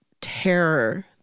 terror